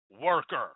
worker